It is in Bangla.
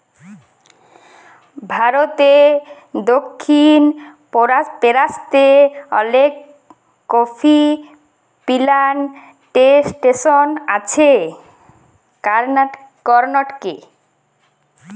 ভারতে দক্ষিণ পেরান্তে অলেক কফি পিলানটেসন আছে করনাটকে